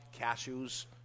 cashews